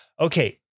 Okay